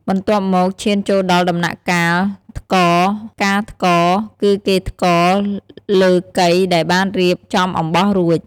បន្ទាប់មកឈានចូលដល់ដំណាក់កាលថ្ករ ការថ្ករ គឺគេថ្ករលើកីដែលបានរៀបចំអំបោះរួច។